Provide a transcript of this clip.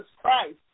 Christ